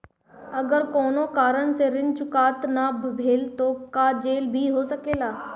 अगर कौनो कारण से ऋण चुकता न भेल तो का जेल भी हो सकेला?